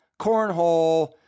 cornhole